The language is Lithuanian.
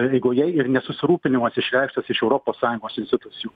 eigoje ir ne susirūpinimas išreikštas iš europos sąjungos institucijų